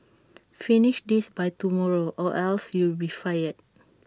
finish this by tomorrow or else you'll be fired